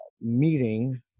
meeting